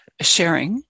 sharing